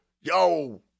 Yo